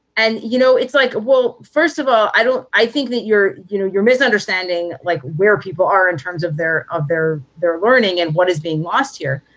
and, you know, it's like, well, first of all, i don't i think that you're you know, you're misunderstanding like where people are in terms of their of their their learning and what is being lost here.